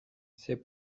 c’est